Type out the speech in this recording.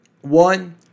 One